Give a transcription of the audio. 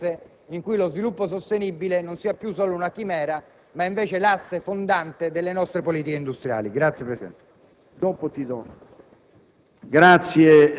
futura a questo Paese in cui lo sviluppo sostenibile non sia più solo una chimera ma sia invece l'asse fondante delle nostre politiche industriali. **Sul rilascio dei due